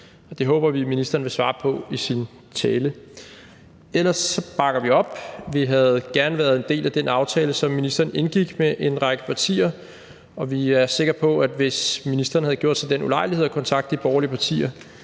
Det håber vi ministeren vil svare på i sin tale. Ellers bakker vi det op. Vi havde gerne været en del af den aftale, som ministeren indgik med en række partier, og vi er sikre på, at hvis ministeren havde gjort sig den ulejlighed at kontakte de borgerlige partier,